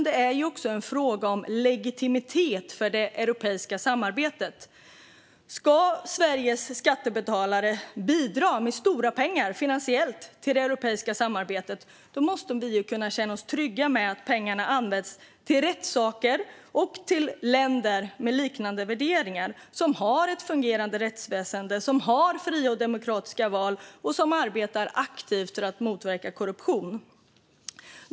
Det är också en fråga om legitimitet för det europeiska samarbetet. Ska Sveriges skattebetalare bidra med stora pengar finansiellt till det europeiska samarbetet måste vi kunna känna oss trygga med att pengarna används till rätt saker och går till länder med liknande värderingar. Det är länder som har ett fungerande rättsväsen och fria och demokratiska val och som arbetar aktivt för att motverka korruption.